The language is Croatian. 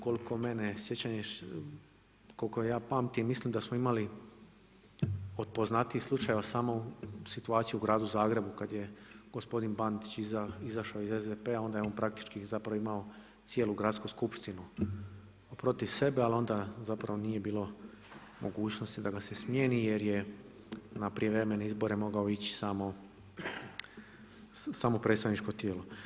Koliko ja pamtim, mislim da smo imali od poznatijih slučajeva samo situaciju u gradu Zagrebu kad je gospodin Bandić izašao iz SDP-a, onda je on praktički zapravo imao cijelu gradsku skupštinu protiv sebe ali onda zapravo nije bilo mogućnosti da ga se smijeni jer je na prijevremene izbore mogao ići samo predstavničko tijelo.